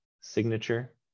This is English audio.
signature